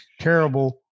terrible